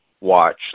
watch